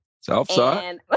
Southside